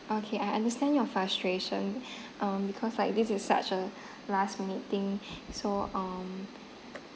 okay I understand your frustration um because like this is such a last minute thing so um